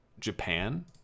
Japan